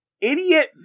Idiot